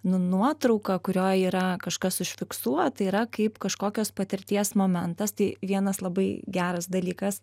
nu nuotrauka kurioj yra kažkas užfiksuota yra kaip kažkokios patirties momentas tai vienas labai geras dalykas